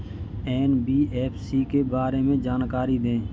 NBFC के बारे में जानकारी दें?